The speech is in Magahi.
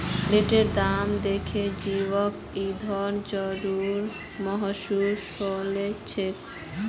पेट्रोलेर दाम दखे जैविक ईंधनेर जरूरत महसूस ह छेक